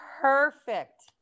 Perfect